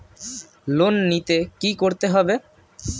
Loan নিতে কী করতে হবে?